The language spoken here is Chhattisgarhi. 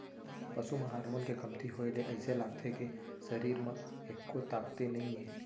पसू म हारमोन के कमती होए ले अइसे लागथे के सरीर म एक्को ताकते नइये